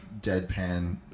deadpan